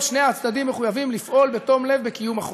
שני הצדדים מחויבים לפעול בתום לב בקיום החוזה.